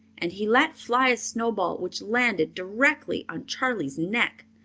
and he let fly a snowball which landed directly on charley's neck.